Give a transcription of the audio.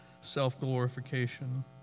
self-glorification